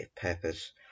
purpose